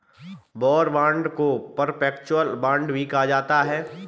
war bond को perpetual bond भी कहा जाता है